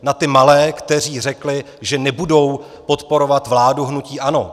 Na ty malé, kteří řekli, že nebudou podporovat vládu hnutí ANO.